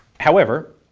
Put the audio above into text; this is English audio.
however,